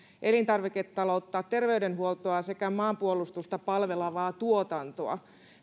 elintarviketaloutta terveydenhuoltoa sekä maanpuolustusta palvelevaa tuotantoa